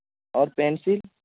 اور پینسل